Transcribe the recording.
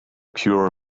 pure